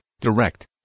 direct